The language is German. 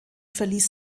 verließ